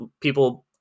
people